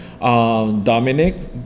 Dominic